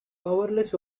powerless